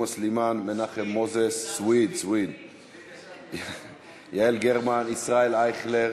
תומא סלימאן, מנחם מוזס, יעל גרמן, ישראל אייכלר